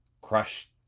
crushed